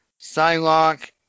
Psylocke